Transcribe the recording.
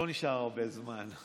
לא נשאר הרבה זמן,